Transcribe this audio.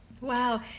Wow